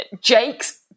Jake's